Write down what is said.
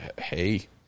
hey